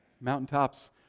Mountaintops